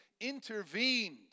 intervened